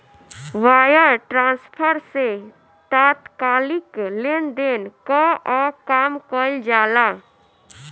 wire transfer से तात्कालिक लेनदेन कअ काम कईल जाला